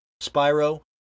Spyro